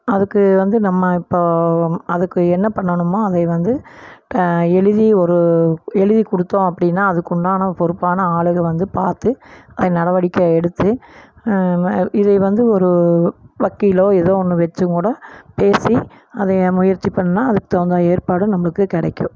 அதுக்கு வந்து நம்ம இப்போது அதுக்கு என்ன பண்ணணுமோ அதையை வந்து எழுதி ஒரு எழுதி கொடுத்தோம் அப்படினா அதுக்கு உண்டான பொறுப்பான ஆளுகள் வந்து பார்த்து அது நடவடிக்கை எடுத்து இதையை வந்து ஒரு வாக்கிலோ ஏதோ ஒன்று வைச்சும் கூட பேசி அதையை முயற்சி பண்ணால் அதுக்கு தகுந்த ஏற்பாடு நம்மளுக்கு கிடைக்கும்